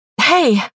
Hey